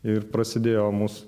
ir prasidėjo mūsų